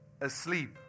Asleep